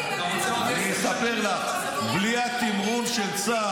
אני אסביר לך למה זה לא עובד?